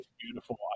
beautiful